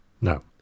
No